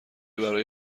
برای